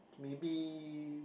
maybe